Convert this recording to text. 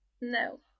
No